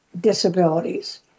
disabilities